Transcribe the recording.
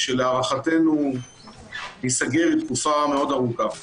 שלהערכתנו ניסגר לתקופה ארוכה מאוד.